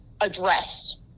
addressed